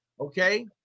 okay